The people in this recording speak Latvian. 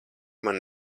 man